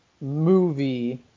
movie